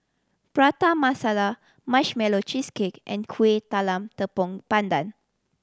Prata Masala Marshmallow Cheesecake and Kueh Talam Tepong Pandan